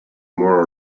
more